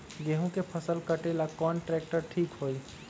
गेहूं के फसल कटेला कौन ट्रैक्टर ठीक होई?